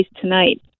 tonight